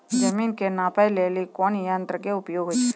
जमीन के नापै लेली कोन यंत्र के उपयोग होय छै?